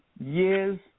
Years